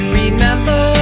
remember